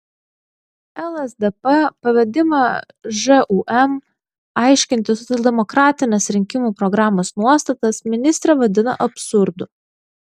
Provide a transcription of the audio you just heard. lsdp pavedimą žūm aiškinti socialdemokratinės rinkimų programos nuostatas ministrė vadina absurdu